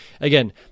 again